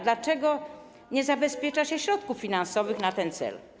Dlaczego nie zabezpiecza się środków finansowych na ten cel?